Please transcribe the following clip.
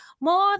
More